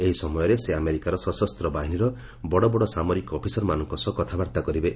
ଏହି ସମୟରେ ସେ ଆମେରିକାର ସଶସ୍ତ ବାହିନୀର ବଡ ବଡ ସାମରିକ ଅଫିସରମାନଙ୍କ ସହ କଥାବାର୍ତ୍ତା କରିବେ